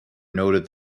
noted